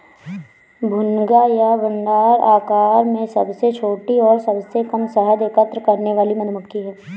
भुनगा या डम्भर आकार में सबसे छोटी और सबसे कम शहद एकत्र करने वाली मधुमक्खी है